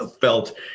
felt